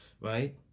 right